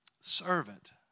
Servant